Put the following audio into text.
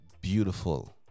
Beautiful